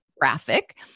graphic